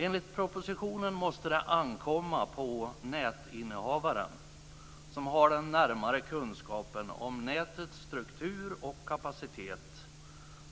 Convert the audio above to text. Enligt propositionen måste det ankomma på nätinnehavare, som har den närmare kunskapen om nätets struktur och kapacitet,